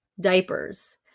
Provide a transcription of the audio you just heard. diapers